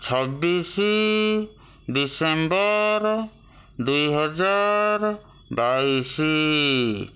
ଛବିଶ ଡ଼ିସେମ୍ବର ଦୁଇହଜାର ବାଇଶ